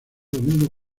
domingo